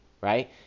right